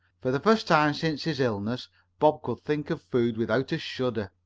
for the first time since his illness bob could think of food without a shudder.